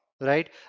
right